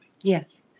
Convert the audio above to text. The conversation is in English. Yes